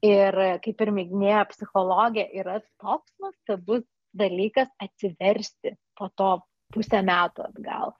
ir kaip ir minėjo psichologė yra toks nuostabus dalykas atsiversti po to pusę metų atgal